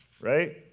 right